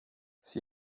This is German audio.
sie